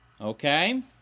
Okay